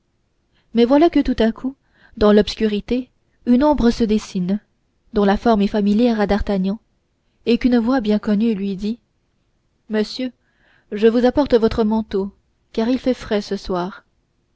mais voilà que tout à coup dans l'obscurité une ombre se dessine dont la forme est familière à d'artagnan et qu'une voix bien connue lui dit monsieur je vous apporte votre manteau car il fait frais ce soir